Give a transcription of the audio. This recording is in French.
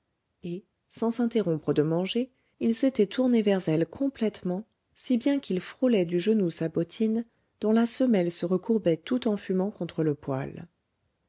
et sans s'interrompre de manger il s'était tourné vers elle complètement si bien qu'il frôlait du genou sa bottine dont la semelle se recourbait tout en fumant contre le poêle